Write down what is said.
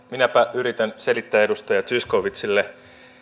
minäpä yritän selittää edustaja zyskowiczille